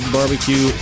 Barbecue